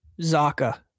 Zaka